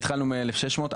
התחלנו מ-1,600.